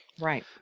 Right